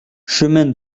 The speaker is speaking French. chemin